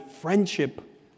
friendship